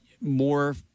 more